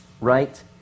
right